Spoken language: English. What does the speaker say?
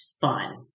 fun